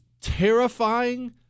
terrifying